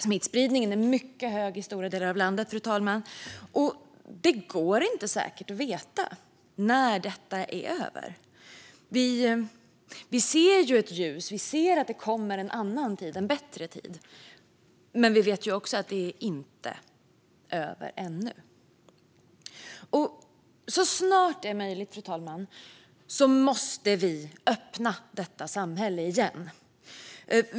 Smittspridningen är mycket hög i stora delar av landet, fru talman, och det går inte att säkert veta när detta är över. Vi ser ju ett ljus. Vi ser att det kommer en annan tid - en bättre tid - men vi vet också att det inte är över ännu. Så snart det är möjligt, fru talman, måste vi öppna detta samhälle igen.